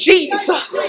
Jesus